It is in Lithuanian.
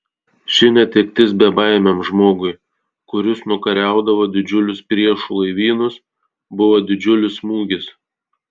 ši netektis bebaimiam žmogui kuris nukariaudavo didžiulius priešų laivynus buvo didžiulis smūgis